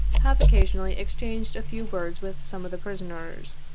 have occasionally exchanged a few words with some of the prisoners,